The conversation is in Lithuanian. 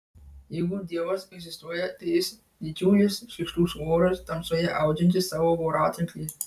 jeigu dievas egzistuoja tai jis didžiulis šlykštus voras tamsoje audžiantis savo voratinklį